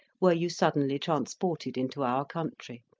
were you suddenly transported into our country.